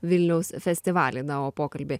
vilniaus festivalį na o pokalbį